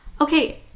Okay